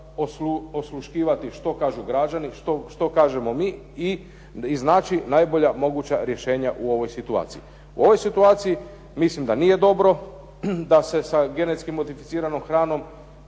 osluškivati što kažu građani, što kažemo mi i iznaći najbolja moguća rješenja u ovoj situaciji. U ovoj situaciji mislim da nije dobro da se sa genetski modificiranom hranom,